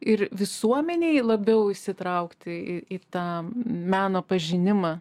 ir visuomenei labiau įsitraukti į tą meno pažinimą